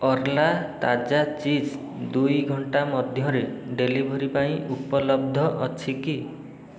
Arla ତାଜା ଚିଜ୍ ଦୁଇ ଘଣ୍ଟା ମଧ୍ୟରେ ଡେଲିଭରି ପାଇଁ ଉପଲବ୍ଧ ଅଛି କି